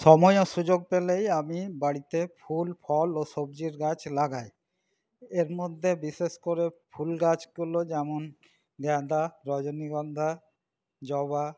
সময় ও সুযোগ পেলেই আমি বাড়িতে ফুল ফল ও সবজির গাছ লাগাই এর মধ্যে বিশেষ করে ফুলগাছগুলো যেমন গাঁদা রজনীগন্ধা জবা